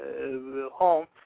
home